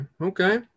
okay